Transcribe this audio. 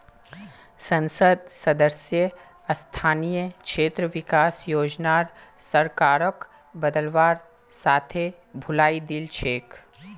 संसद सदस्य स्थानीय क्षेत्र विकास योजनार सरकारक बदलवार साथे भुलई दिल छेक